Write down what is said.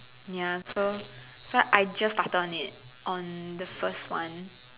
ya so so I just started on it on the first one